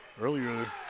earlier